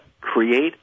create